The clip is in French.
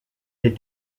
est